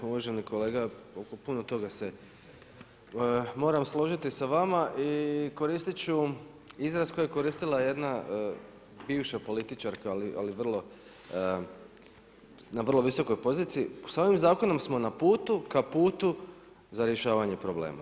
Uvaženi kolega oko puno toga se moram složiti sa vama i koristit ću izraz koji je koristila jedna bivša političarka ali na vrlo visokoj poziciji – S ovim zakonom smo na putu, ka putu za rješavanje problema!